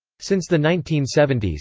since the nineteen seventy s,